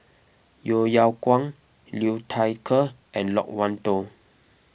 Yeo Yeow Kwang Liu Thai Ker and Loke Wan Tho